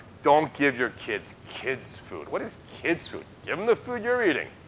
don't give your kids kids' food. what is kids' food? give them the food you're eating,